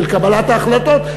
של קבלת ההחלטות,